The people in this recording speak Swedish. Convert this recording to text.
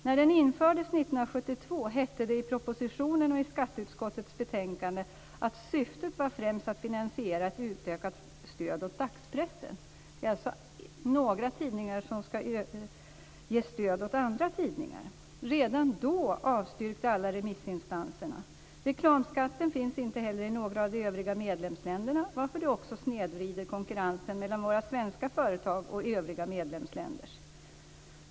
När den infördes 1972 hette det i propositionen och i skatteutskottets betänkande att syftet främst var att finansiera ett utökat stöd åt dagspressen. Några tidningar skall alltså ge stöd åt andra tidningar. Redan då avstyrkte alla remissinstanserna. Reklamskatt finns inte heller i något av de övriga medlemsländerna, varför den också snedvrider konkurrensen mellan våra svenska företag och övriga medlemsländers.